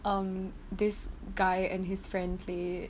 um this guy and his friend play